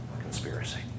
conspiracy